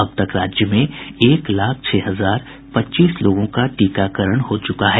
अब तक राज्य में एक लाख छह हजार पच्चीस लोगों का टीकाकरण हो चुका है